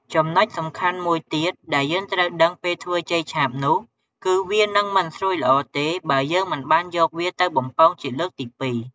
ចំណុចសំខាន់មួយទៀតដែលយើងត្រូវដឹងពេលធ្វើចេកឆាបនោះគឺ វានឹងមិនស្រួយល្អទេ បើយើងមិនបានយកវាទៅបំពងជាលើកទីពីរ។